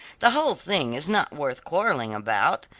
the whole thing is not worth quarreling about.